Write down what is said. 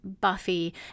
Buffy